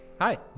hi